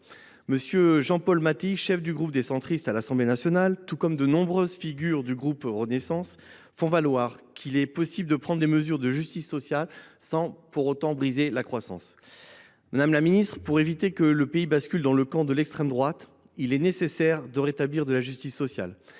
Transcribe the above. M. Jean Paul Mattei, président du groupe centriste à l’Assemblée nationale, tout comme de nombreuses figures du groupe Renaissance, fait valoir qu’il est possible de prendre des mesures de justice sociale sans pour autant briser la croissance. Madame la secrétaire d’État, pour éviter que le pays ne bascule dans le camp de l’extrême droite, il est nécessaire de rétablir de la justice sociale,